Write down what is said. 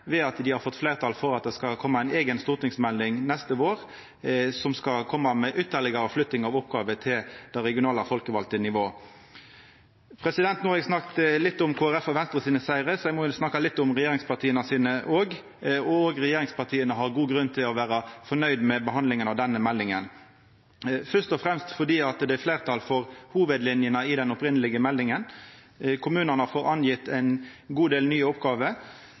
ved at dei har fått fleirtal for at det skal koma ei eiga stortingsmelding neste vår som skal koma med ytterlegare flytting av oppgåver til det regionale folkevalde nivået. No har eg snakka litt om sigrane til Kristeleg Folkeparti og Venstre, så eg må òg snakka litt om regjeringspartia sine. Òg regjeringspartia har god grunn til å vera fornøgde med behandlinga av denne meldinga, først og fremst fordi det er fleirtal for hovudlinjene i den opphavlege meldinga. Kommunane har fått ein god del nye oppgåver.